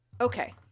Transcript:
Okay